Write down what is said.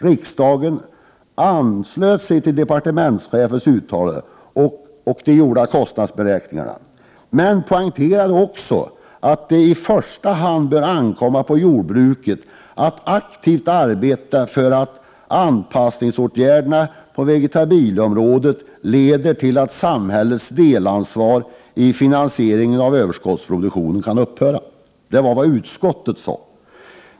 Riksdagen anslöt sig till departementschefens uttalande och de gjorda kostnadsberäkningarna, men poängterade också att det i första hand bör ankomma på jordbruket att aktivt arbeta för att anpassningsåtgärderna på vegetabilieområdet skulle leda till att samhällets delansvar för finansieringen av överskottsproduktionen skulle kunna upphöra. Det var vad utskottet sade.